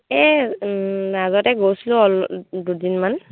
এই মাজতে গৈছিলোঁ অলপ দুদিনমান